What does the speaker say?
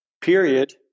period